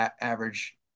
average